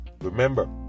Remember